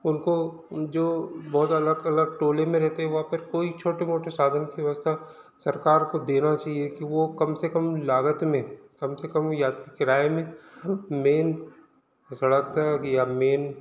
उनको जो बहुत अलग अलग टोले में रहते हें वहाँ पे कोई छोटे मोटे साधन की व्यवस्था सरकार को देना चाहिए कि वो कम से कम लागत में कम से कम या किराए में मेन सड़क तक या मेन